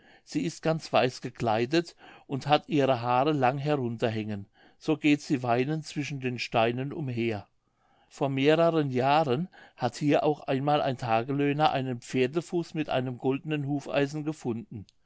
sie ist ganz weiß gekleidet und hat ihre haare lang herunterhängen so geht sie weinend zwischen den steinen umher vor mehreren jahren hat hier auch einmal ein tagelöhner einen pferdefuß mit einem goldenen hufeisen gefunden